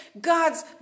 God's